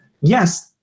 Yes